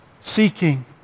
seeking